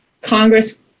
Congress